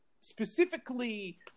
specifically